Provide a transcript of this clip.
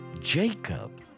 Jacob